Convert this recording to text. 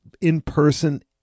in-person